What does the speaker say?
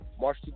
March